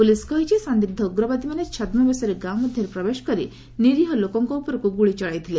police କହିଛି ସନ୍ଦିଗ୍ଧ ଉଗ୍ରବାଦୀମାନେ ଛଦ୍ମବେଶରେ ଗାଁ ମଧ୍ୟରେ ପ୍ରବେଶ କରି ନିରୀହ ଲୋକଙ୍କ ଉପରକୁ ଗୁଳି ଚଳାଇଥିଲେ